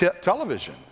television